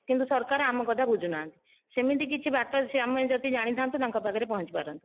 କିନ୍ତୁ ସରକାର ଆମ କଥା ବୁଝୁନାହାନ୍ତି ସେମିତି କିଛି ବାଟ ସେ ଆମେ ଯଦି ଜାଣିଥାଆନ୍ତୁ ତାଙ୍କ ପାଖରେ ପହଁଞ୍ଚି ପାରନ୍ତୁ